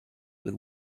with